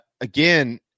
again –